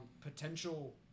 potential